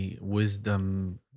Wisdom